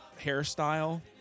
hairstyle